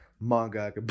Manga